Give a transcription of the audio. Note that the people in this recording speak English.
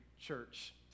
Church